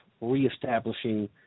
reestablishing